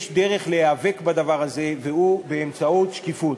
יש דרך להיאבק בדבר הזה, והיא באמצעות שקיפות.